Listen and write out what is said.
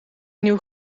nieuw